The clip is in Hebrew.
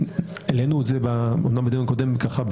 העלינו את זה אומנם בדיון הקודם ככה,